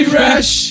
rash